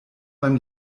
beim